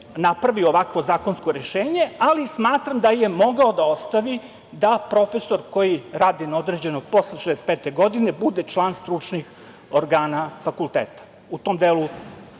napravio ovakvo zakonsko rešenje, ali smatram da je mogao da ostavi da profesor koji rade na određeno posle 65. godine bude član stručnih organa fakulteta. U tom delu